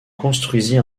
construisit